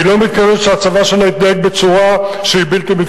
חמישית מהעובדים במשרדי הממשלה הם היום עובדי